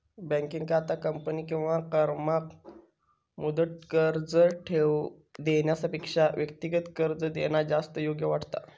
बँकेंका आता कंपनी किंवा फर्माक मुदत कर्ज देण्यापेक्षा व्यक्तिगत कर्ज देणा जास्त योग्य वाटता